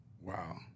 Wow